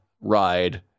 ride